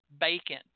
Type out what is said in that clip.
bacon